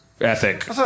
ethic